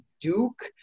Duke